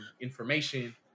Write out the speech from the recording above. information